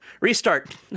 Restart